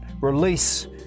release